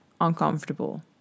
uncomfortable